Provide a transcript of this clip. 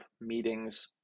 meetings